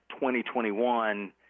2021